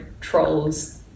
trolls